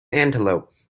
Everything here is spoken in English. antelope